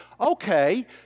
okay